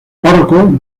párroco